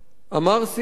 אמר סי.אס.